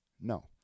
No